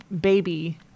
baby